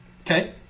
Okay